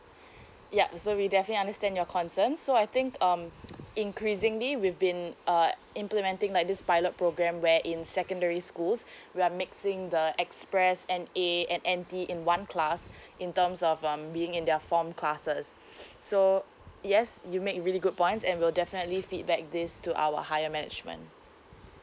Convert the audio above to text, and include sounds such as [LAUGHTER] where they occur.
yup so we definitely understand your concern so I think um increasingly we've been uh implementing like this pilot program where in secondary schools we are mixing the express N_A and N_T in one class in terms of um being in their form classes [BREATH] so yes you make really good points and we'll definitely feedback these to our higher management